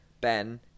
Ben